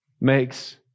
makes